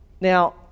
Now